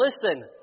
listen